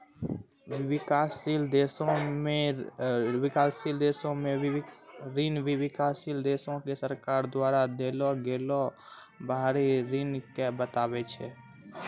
विकासशील देशो के ऋण विकासशील देशो के सरकार द्वारा देलो गेलो बाहरी ऋण के बताबै छै